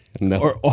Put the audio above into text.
No